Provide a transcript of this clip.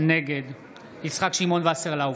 נגד יצחק שמעון וסרלאוף,